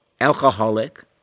alcoholic